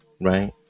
right